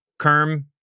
Kerm